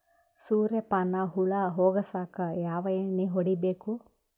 ಸುರ್ಯಪಾನ ಹುಳ ಹೊಗಸಕ ಯಾವ ಎಣ್ಣೆ ಹೊಡಿಬೇಕು?